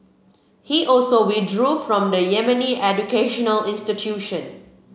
he also withdrew from the Yemeni educational institution